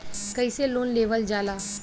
कैसे लोन लेवल जाला?